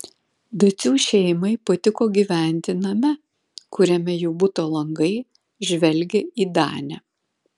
dacių šeimai patiko gyventi name kuriame jų buto langai žvelgė į danę